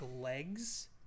legs